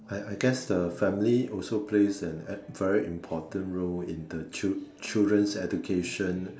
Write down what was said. I I guess the family also plays an a very important role in the child~ children's education